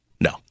No